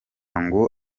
ngo